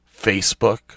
facebook